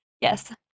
Yes